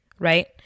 Right